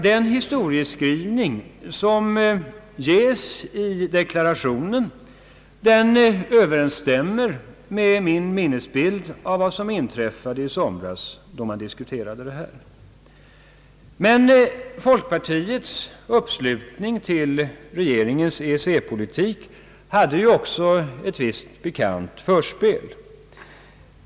Den historieskrivning som ges i regeringsdeklarationen överensstämmer med min minnesbild av vad som inträffade i somras vid diskussionerna om detta. Men folkpartiets uppslutning till regeringens EEC-politik hade också ett visst pikant förspel.